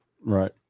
Right